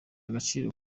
agaciro